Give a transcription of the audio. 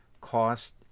cost